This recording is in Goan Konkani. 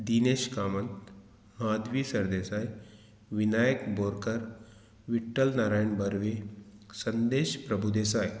दिनेश कामत माधवी सरदेसाय विनायक बोरकर विट्टल नारायण बरवे संदेश प्रभुदेसाय